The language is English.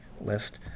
list